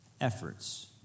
efforts